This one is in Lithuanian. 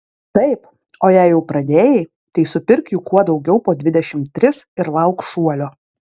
taip o jei jau pradėjai tai supirk jų kuo daugiau po dvidešimt tris ir lauk šuolio